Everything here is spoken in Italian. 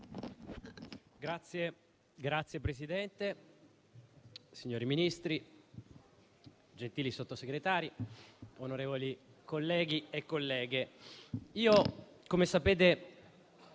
Signor Presidente, signori Ministri, gentili Sottosegretari, onorevoli colleghi e colleghe,